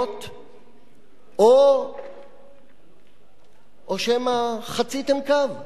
או שמא חציתם קו, הלכתם למחוזות אחרים?